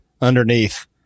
underneath